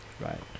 right